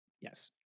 yes